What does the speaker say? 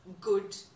good